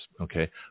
Okay